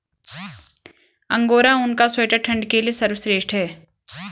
angora ऊन का sweater ठंड के लिए सर्वश्रेष्ठ है